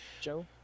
joe